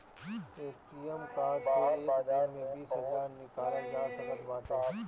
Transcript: ATM card से एक दिन में बीस हजार निकालल जा सकत बाटे